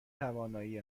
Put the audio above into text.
توانایی